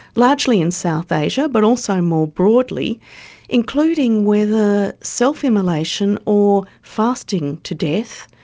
largely in south asia but also more broadly including whether self-immolation, or fasting to death,